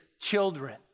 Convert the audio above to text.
children